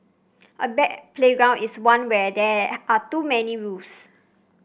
a bad playground is one where there are too many rules